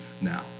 now